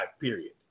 period